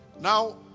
Now